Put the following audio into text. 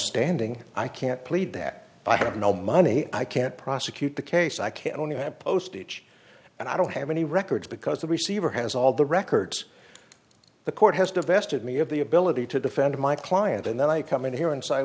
standing i can't plead that i have no money i can't prosecute the case i can only have postage and i don't have any records because the receiver has all the records the court has divest of me of the ability to defend my client and then i come in here and say